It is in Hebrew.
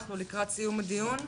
אנחנו לקראת סוף הדיון.